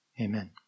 Amen